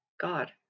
God